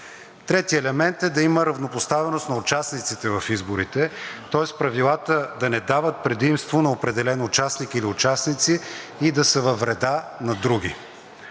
Третият елемент е да има равнопоставеност на участниците в изборите, тоест правилата да не дават предимство на определен участник или участници и да са във вреда на други.